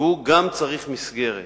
וגם הוא צריך מסגרת.